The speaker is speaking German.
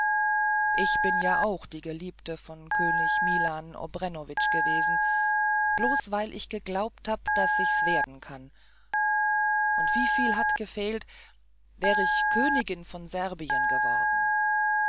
ich bin ja auch die geliebte vom könig milan obrenowitsch gewesen bloß weil ich geglaubt hab daß ich's werden kann und wieviel hat gefehlt wär ich königin von serbien geworden